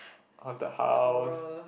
hauted house